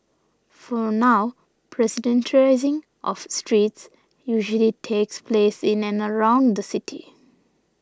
for now pedestrianising of streets usually takes place in and around the city